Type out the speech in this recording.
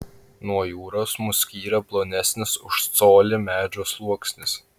nuo jūros mus skyrė plonesnis už colį medžio sluoksnis